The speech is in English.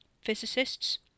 Physicists